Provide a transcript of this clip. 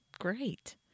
great